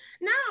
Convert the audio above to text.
No